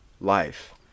Life